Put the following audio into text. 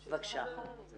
בבקשה.